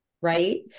Right